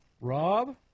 Rob